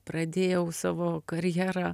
pradėjau savo karjerą